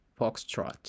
foxtrot